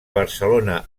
barcelona